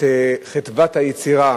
חדוות היצירה,